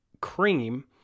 cream